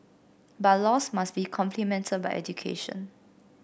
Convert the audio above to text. but laws must be complemented by education